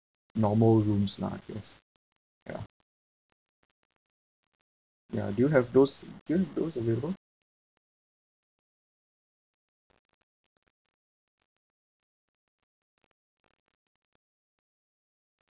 normal rooms lah I guess ya ya do have those do you have those available